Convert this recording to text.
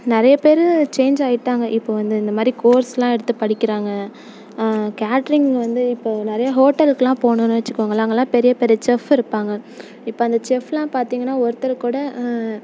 நிறைய பேர் சேஞ்ச் ஆகிட்டாங்க இப்போ வந்து இந்தமாதிரி கோர்ஸ்லாம் எடுத்து படிக்கிறாங்கள் கேட்டரிங் வந்து இப்போ நிறைய ஹோட்டலுக்குலாம் போனோன்னு வச்சுக்கோங்களேன் அங்கேல்லாம் பெரிய பெரிய செஃப்பு இருப்பாங்கள் இப்போ அந்த செஃப்லாம் பார்த்தீங்கன்னா ஒருத்தரு கூட